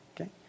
okay